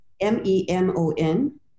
M-E-M-O-N